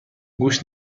گوشت